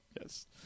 Yes